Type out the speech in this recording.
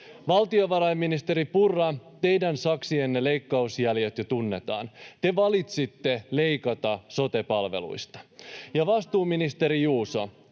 Valtiovarainministeri Purra, teidän saksienne leikkausjäljet jo tunnetaan. Te valitsitte leikata sote-palveluista. Ja kun, vastuuministeri Juuso,